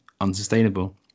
unsustainable